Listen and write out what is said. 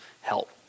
help